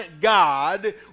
God